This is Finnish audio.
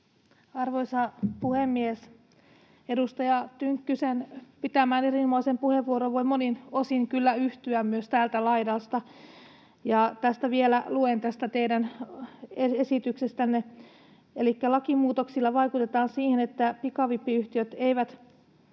Arvoisa puhemies! Edustaja Tynkkysen pitämään erinomaiseen puheenvuoroon voi monin osin kyllä yhtyä myös täältä laidasta. Ja luen vielä tästä teidän esityksestänne, elikkä: ”Lakimuutoksilla vaikutetaan siihen, että pikavippiyhtiöt eivät